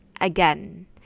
Again